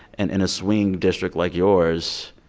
and in a swing district like yours,